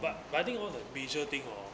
but but I think one of the major thing hor